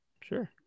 Sure